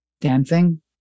Dancing